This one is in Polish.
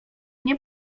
nie